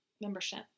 membership